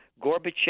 Gorbachev